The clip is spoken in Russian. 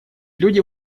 люди